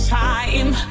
time